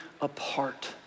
apart